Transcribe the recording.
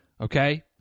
Okay